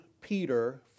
Peter